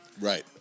Right